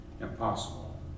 impossible